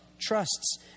trusts